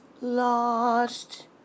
lost